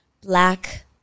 black